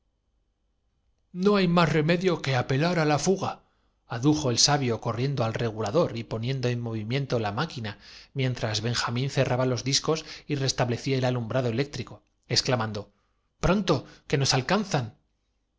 no hay más remedio que apelar á la fugaadujo el sabio corriendo al regulador y poniendo en movi miento la máquina mientras benjamín cerraba los discos y restablecía el alumbrado eléctrico excla mando pronto que nos alcanzan